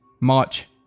March